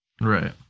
Right